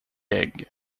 egg